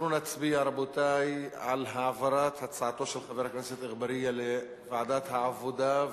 אנחנו נצביע על העברת הצעתו של חבר הכנסת אגבאריה לוועדת העבודה,